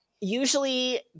Usually